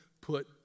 put